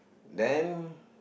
then